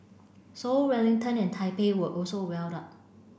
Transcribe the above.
Seoul Wellington and Taipei were also well up